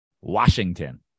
Washington